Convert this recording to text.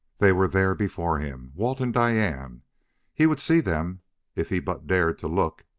they were there before him, walt and diane he would see them if he but dared to look.